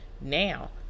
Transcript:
Now